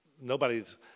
nobody's